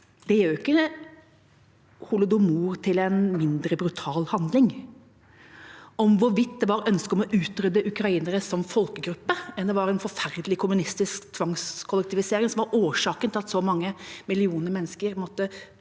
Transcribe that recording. Det gjør jo ikke holodomor til en mindre brutal handling, uansett om det var et ønske om å utrydde ukrainere som folkegruppe eller en forferdelig kommunistisk tvangskollektivisering som var årsaken til at så mange millioner mennesker måtte